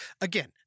Again